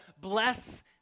bless